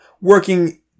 working